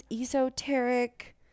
esoteric